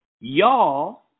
y'all